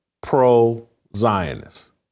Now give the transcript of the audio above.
pro-Zionist